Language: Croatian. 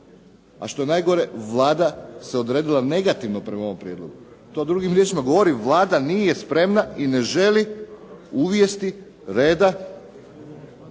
A što je najgore Vlada se odredila negativno prema ovom prijedlogu. To drugim riječima govori da Vlada nije spremna i ne želi uvesti reda